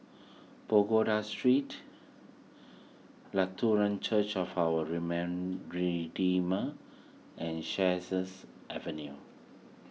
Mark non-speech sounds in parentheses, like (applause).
(noise) Pagoda Street Lutheran Church of Our (unintelligible) Redeemer and Sheares Avenue